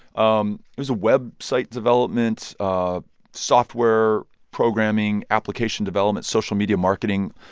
um it was a website development ah software, programming, application development, social media marketing,